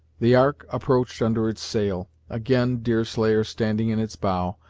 the ark approached under its sail, again, deerslayer standing in its bow,